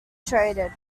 traded